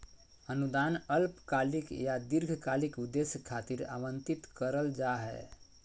अनुदान अल्पकालिक या दीर्घकालिक उद्देश्य खातिर आवंतित करल जा हय